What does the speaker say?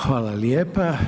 Hvala lijepa.